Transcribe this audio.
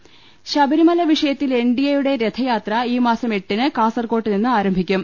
പ ശബരിമല വിഷയത്തിൽ N D A യുടെ രഥയാത്ര ഈ മാസം എട്ടിന് കാസർകോട്ട് നിന്ന് ആരം ഭിക്കും